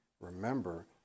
Remember